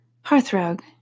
Hearthrug